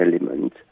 element